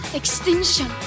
extinction